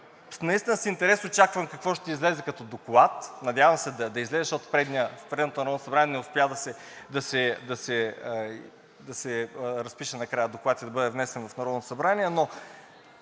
Наистина с интерес очаквам какво ще излезе като доклад. Надявам се да излезе, защото в предното Народно събрание не успя да се разпише накрая доклад и да бъде внесен в Народното събрание,